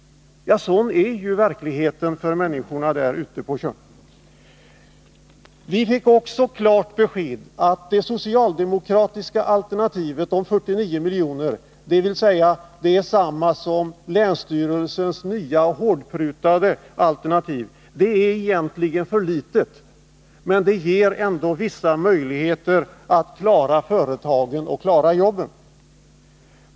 Sådan är verkligheten för människorna på Tjörn. Vi fick vid mötet också klart besked om att det socialdemokratiska alternativet på 49 milj.kr., dvs. detsamma som länsstyrelsens nya, hårdprutade alternativ, egentligen är för litet. Men det ger ändå vissa möjligheter att klara företagen och jobben.